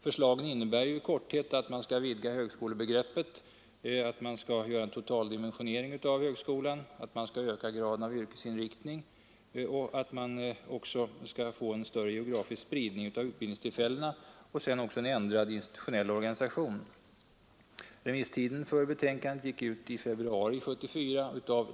Förslagen innebär i korthet att man skall vidga högskolebegreppet, att man skall göra en totaldimensionering av högskolan, att man skall öka graden av yrkesinriktning och att man skall åstadkomma en större geografisk spridning av utbildningstillfällena och en ändrad institutionell organisation. Remisstiden för betänkandet gick ut i februari 1974.